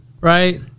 Right